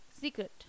secret